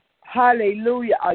Hallelujah